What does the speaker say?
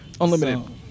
Unlimited